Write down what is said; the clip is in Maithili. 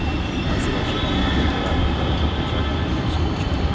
असुरक्षित ऋण के ब्याज दर अपेक्षाकृत बेसी होइ छै